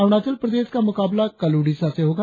अरुणाचल प्रदेश का मुकाबला कल ओड़िसा से होगा